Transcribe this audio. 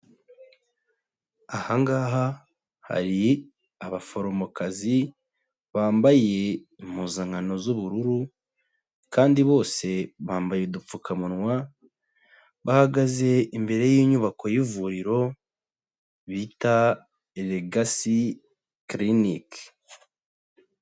Ahangaha hari abaforomokazi bambaye impuzankano z'ubururu kandi bose bambaye udupfukamunwa, bahagaze imbere y'inyubako y'ivuriro bita Legacy Clinic.